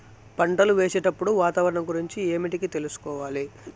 పంటలు వేసేటప్పుడు వాతావరణం గురించి ఏమిటికి తెలుసుకోవాలి?